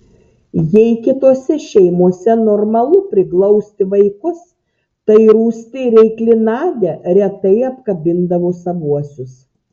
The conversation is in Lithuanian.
jei kitose šeimose normalu priglausti vaikus tai rūsti ir reikli nadia retai apkabindavo savuosius